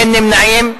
אין נמנעים.